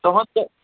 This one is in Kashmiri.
تُہُنٛد تہٕ